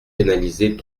pénaliser